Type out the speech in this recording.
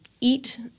eat